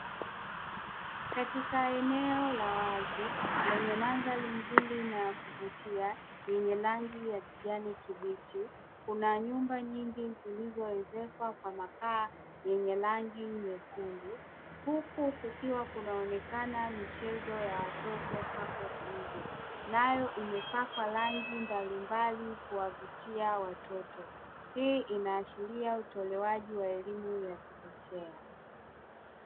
Katika eneo la wazi lenye mangali nzuri na kuvutia yenye rangi ya kijani kibichi kuna nyumba nyingi zilizoezekwa kwa mapaa yenye rangi nyekundu, huku kukiwa kunaonekana michezo ya watoto hapo nje nayo imepakwa rangi mbalimbali kuwavutia watoto hii inaashiria utolewaji wa elimu ya chekechea.